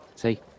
See